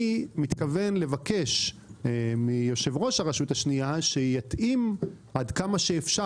אני מתכוון לבקש מיושב-ראש הרשות השנייה שיתאים עד כמה שאפשר